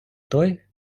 той